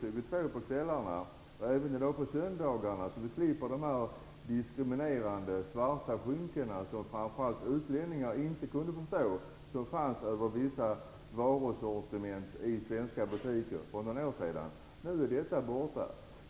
22 på kvällarna och även på söndagar. Därmed slipper vi de diskriminerande svarta skynken som för några år sedan fanns lagda över vissa varusortiment i svenska butiker och som speciellt utlänningar inte kunde förstå. Nu är detta borta.